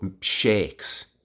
shakes